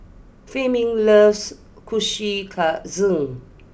Fleming loves Kushikatsu